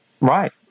Right